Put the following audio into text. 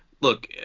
Look